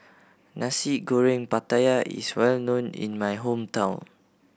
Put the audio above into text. Nasi Goreng Pattaya is well known in my hometown